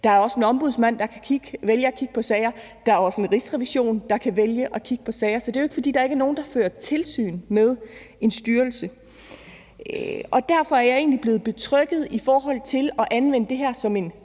Der er også en ombudsmand, der kan vælge at kigge på sager, og Rigsrevisionen kan også vælge at kigge på sager. Så det er jo ikke, fordi der ikke er nogen, der fører tilsyn med en styrelse. Derfor er jeg egentlig blevet betrygget i forhold til at anvende det her som en